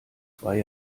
zwei